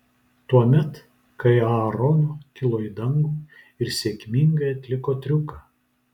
tuomet kai aarono kilo į dangų ir sėkmingai atliko triuką